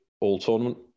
all-tournament